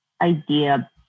idea